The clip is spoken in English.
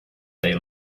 they